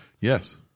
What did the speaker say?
Yes